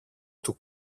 του